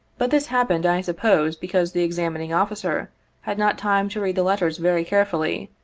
but this happened, i suppose, because the examining officer had not time to read the letters very carefully,